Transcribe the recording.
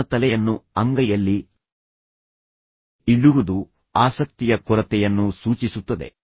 ನಿಮ್ಮ ತಲೆಯನ್ನು ಅಂಗೈಯಲ್ಲಿ ಇಡುವುದು ಆಸಕ್ತಿಯ ಕೊರತೆಯನ್ನು ಸೂಚಿಸುತ್ತದೆ